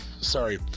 Sorry